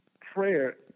prayer